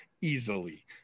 easily